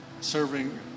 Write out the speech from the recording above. serving